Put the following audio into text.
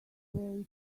way